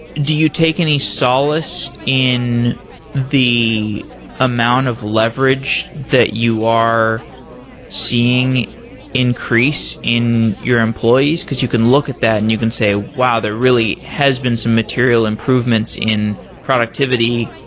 do you take any solace in the amount of leverage that you are seeing increase in your employees, because you can look at that and you can say, wow! there really have been some material improvements in productivity.